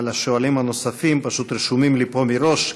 אבל השואלים הנוספים פשוט רשומים לי פה מראש,